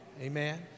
Amen